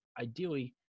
ideally